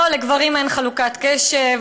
אנחנו, לא, לגברים אין חלוקת קשב.